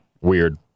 Weird